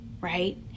right